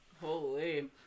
Holy